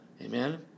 Amen